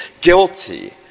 guilty